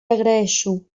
agraeixo